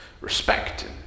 Respect